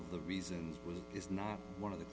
of the reasons is not one of the